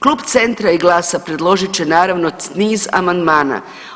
Klub Centra i GLAS-a predložit će naravno niz amandmana.